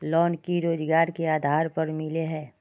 Loan की रोजगार के आधार पर मिले है?